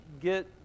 get